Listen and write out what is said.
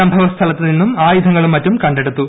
സംഭവസ്ഥലത്ത് നിന്നും ആയുധങ്ങളും മറ്റും കണ്ടെടുത്തു